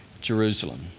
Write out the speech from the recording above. Jerusalem